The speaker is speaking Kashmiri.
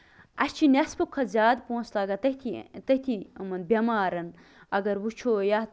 اَسہِ چھُ نیصفہٕ کھۄتہٕ زیادٕ پونسہٕ لَگان تٔتھی تٔتھی یِمن بیمارن اَگر وٕچھو یَتھ